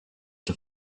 the